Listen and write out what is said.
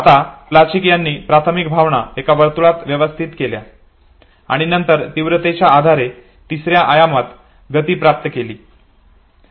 आता प्लचिक यांनी प्राथमिक भावना एका वर्तुळात व्यवस्थित केल्या आणि नंतर तीव्रतेच्या आधारे तिसऱ्या आयामात गती प्राप्त केली